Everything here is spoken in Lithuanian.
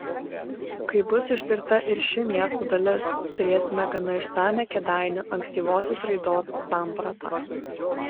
kai bus ištirta ir ši miesto dalis turėsime gana išsamią kėdainių ankstyvosios raidos sampratą